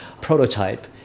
prototype